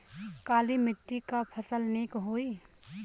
काली मिट्टी क फसल नीक होई?